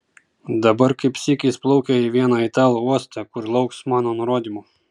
dabar kaip sykis plaukia į vieną italų uostą kur lauks mano nurodymų